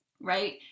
Right